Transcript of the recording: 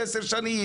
עשר שנים.